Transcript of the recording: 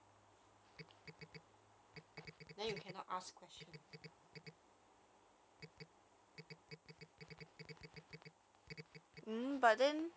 no but the home based learning limited you you can only have that short hours ah to do the assignment